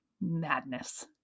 Madness